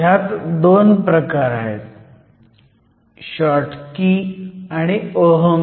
ह्यात 2 प्रकार आहेत शॉटकी आणि ओहम